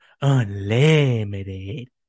Unlimited